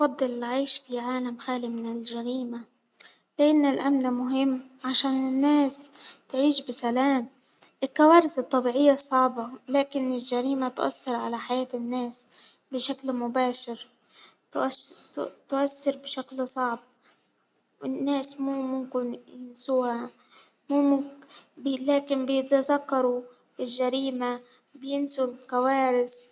أفضل العيش في عالم خالي من الجريمة، فإن الأمن مهم عشان الناس تعيش بسلام، الكوارث الطبيعية صعبة، لكن الجريمة تؤثر على حياة الناس بشكل مباشر، تؤثر تؤثر بشكل صعب والناس مو ممكن ينسوها، مو ممكن بيتذكروا الجريمة وبينسوا الكوارث.